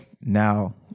Now